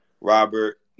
Robert